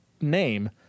name